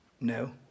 No